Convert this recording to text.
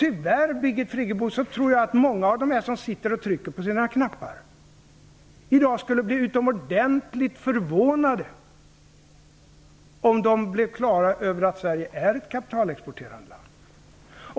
Tyvärr, Birgit Friggebo, tror jag att många av dem som sitter här och trycker på sina knappar i dag skulle bli utomordentligt förvånade om de fick klart för sig att Sverige är ett kapitalexporterande land.